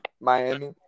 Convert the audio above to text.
Miami